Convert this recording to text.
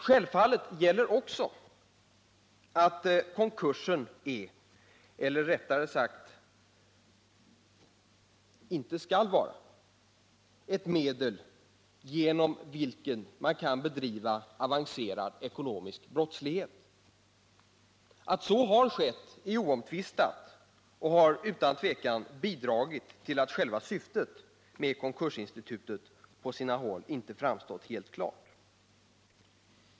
Självfallet gäller också att konkursen inte är — eller rättare sagt inte skall 51 vara — ett medel genom vilket man kan bedriva avancerad ekonomisk brottslighet. Att så har skett är oomtvistat och har utan tvivel bidragit till att själva syftet med konkursinstitutet på sina håll inte framstått helt klart.